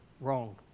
wrong